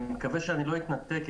אני מקווה שאני לא אתנתק.